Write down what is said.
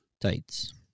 Tights